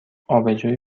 آبجو